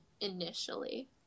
initially